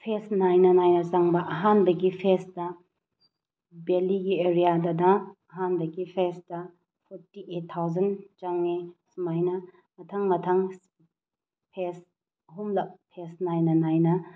phase nine nine ꯆꯪꯕ ꯑꯍꯥꯟꯕꯒꯤ ꯐꯦꯖꯇ ꯕꯦꯂꯤꯒꯤ ꯑꯦꯔꯤꯌꯥꯗꯅ ꯑꯍꯥꯟꯕꯒꯤ ꯐꯦꯖꯇ ꯐꯣꯔꯇꯤ ꯑꯩꯠ ꯊꯥꯎꯖꯟ ꯆꯪꯏ ꯁꯨꯃꯥꯏꯅ ꯃꯊꯪ ꯃꯊꯪ ꯐꯦꯖ ꯑꯍꯨꯝꯂꯛ ꯐꯦꯖ ꯅꯥꯏꯅ ꯅꯥꯏꯅ